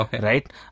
Right